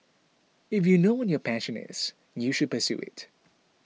if you know what your passion is you should pursue it